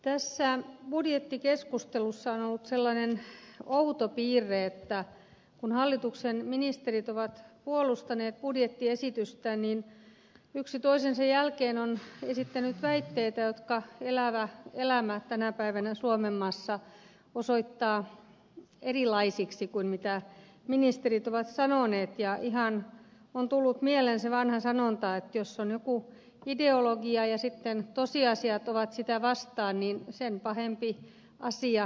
tässä budjettikeskustelussa on ollut sellainen outo piirre että kun hallituksen ministerit ovat puolustaneet budjettiesitystään niin yksi toisensa jälkeen on esittänyt väitteitä jotka elävä elämä tänä päivänä suomenmaassa osoittaa erilaisiksi kuin ministerit ovat sanoneet ja ihan on tullut mieleen se vanha sanonta että jos on joku ideologia ja sitten tosiasiat ovat sitä vastaan niin sen pahempi asia tosiasioille